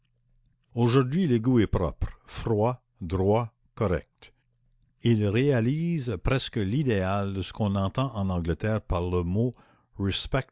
aujourd'hui l'égout est propre froid droit correct il réalise presque l'idéal de ce qu'on entend en angleterre par le mot